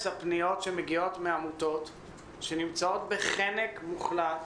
הפניות שמגיעות מעמותות שנמצאות בחנק מוחלט,